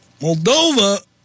Moldova